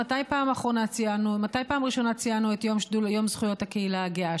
מתי בפעם הראשונה ציינו את יום זכויות הקהילה הגאה,